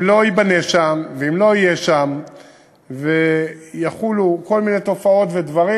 אם לא ייבנה שם ואם לא יהיה שם ויחולו כל מיני תופעות ודברים,